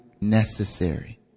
necessary